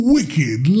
Wicked